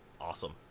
Awesome